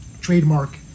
trademark